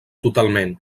totalment